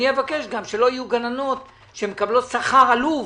אני אבקש שלא יהיו גננות שמקבלות שכר עלוב.